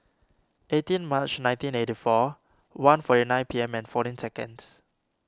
eighteen March nineteen eighty four one forty nine P M and fourteen seconds